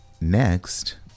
Next